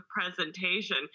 presentation